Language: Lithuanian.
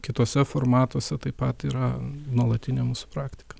kituose formatuose taip pat yra nuolatinė mūsų praktika